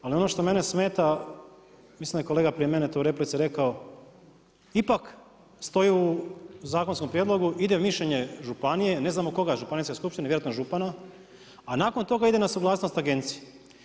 Ali ono što mene smeta, mislim da je kolega prije mene tu u replici rekao, ipak, stoji u zakonskom prijedlogu, ide mišljenje županije, ne znamo koga, županijske skupštine, vjerojatno župana, a nakon toga ide na suglasnost agenciji.